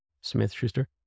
Smith-Schuster